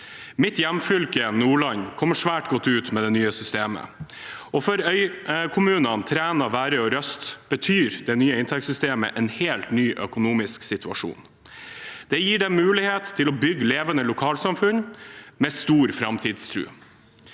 Mitt hjemfylke, Nordland, kommer svært godt ut med det nye systemet. For øykommunene Træna, Værøy og Røst betyr det nye inntektssystemet en helt ny økonomisk situasjon. Det gir dem muligheten til å bygge levende lokalsamfunn med stor framtidstro.